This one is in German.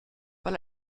weil